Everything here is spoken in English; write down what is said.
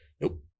Nope